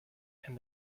and